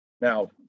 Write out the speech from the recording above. Now